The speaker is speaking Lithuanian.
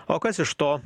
o kas iš to